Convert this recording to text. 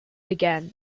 again